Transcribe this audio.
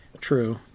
True